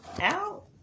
out